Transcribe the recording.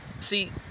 See